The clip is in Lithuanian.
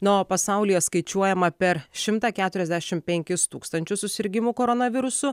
na o pasaulyje skaičiuojama per šimtą keturiasdešimt penkis tūkstančius susirgimų koronavirusu